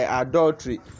adultery